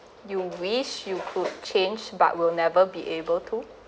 you wish you could change but will never be able to